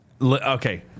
Okay